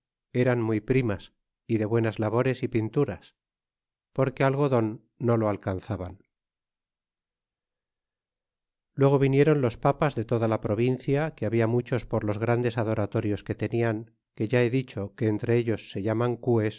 eran muy primas y de buenas labores y pinturas porque algodon no lo alcanzaban y luego vinieron los papas de toda la provincia que habia muchos por los grandes adoratorios que tenian que ya he dicho que entre ellos se llaman